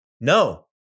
No